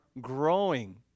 growing